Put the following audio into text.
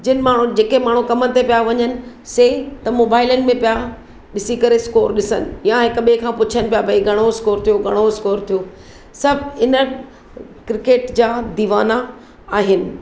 जिनि मां जेके माण्हू कम ते पिया वञनि से त मोबाइलनि में पिया ॾिसी करे स्कोर ॾिसनि या हिक ॿिए खां पुछनि पिया भई घणो स्कोर थियो घणो स्कोर थियो सभु इन क्रिकट जा दीवाना आहिनि